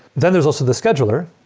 then there's also the scheduler,